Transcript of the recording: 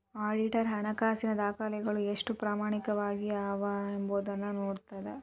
auditor ಹಣಕಾಸಿನ ದಾಖಲೆಗಳು ಎಷ್ಟು ಪ್ರಾಮಾಣಿಕವಾಗಿ ಅವ ಎಂಬೊದನ್ನ ನೋಡ್ತದ